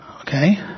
Okay